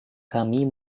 kami